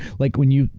like, when you.